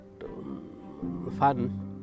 fun